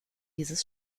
dieses